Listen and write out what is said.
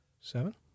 seven